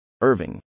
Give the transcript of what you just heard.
Irving